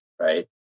right